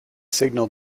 signal